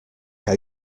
are